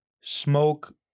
Smoke